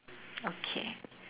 okay